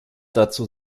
dazu